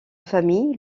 famille